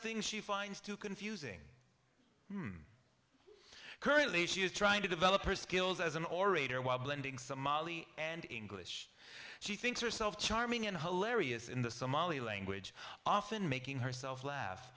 things she finds too confusing currently she is trying to develop her skills as an orator while blending some and english she thinks herself charming and hilarious in the somali language often making herself laugh